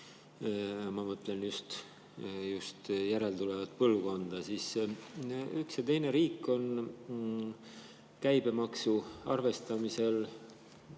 ma mõtlen just järeltulevat põlvkonda. Üks ja teine riik on käibemaksu arvestamisest